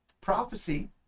prophecy